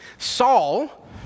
Saul